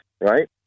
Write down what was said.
right